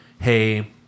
hey